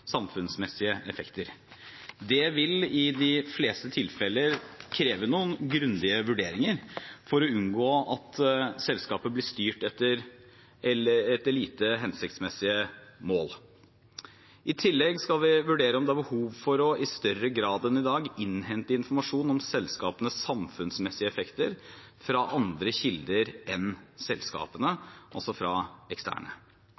samfunnsmessige effekter. Det vil i de fleste tilfeller kreve noen grundige vurderinger, for å unngå at selskaper blir styrt etter lite hensiktsmessige mål. I tillegg skal vi vurdere om det er behov for, i større grad enn i dag, å innhente informasjon om selskapenes samfunnsmessige effekter fra andre kilder enn selskapene, altså fra eksterne.